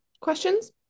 questions